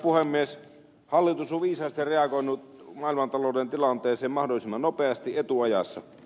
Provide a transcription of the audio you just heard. hallitus on viisaasti reagoinut maailmantalouden tilanteeseen mahdollisimman nopeasti etuajassa